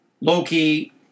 Loki